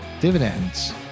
dividends